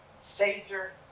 Savior